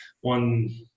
one